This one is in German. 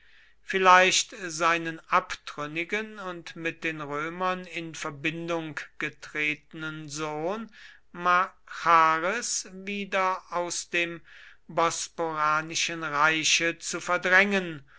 vielleicht seinen abtrünnigen und mit den römern in verbindung getretenen sohn machares wieder aus dem bosporanischen reiche zu verdrängen